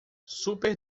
super